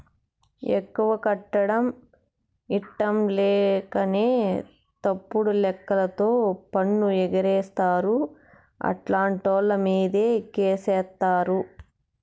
ఎక్కువ కట్టడం ఇట్టంలేకనే తప్పుడు లెక్కలతో పన్ను ఎగేస్తారు, అట్టాంటోళ్ళమీదే కేసేత్తారు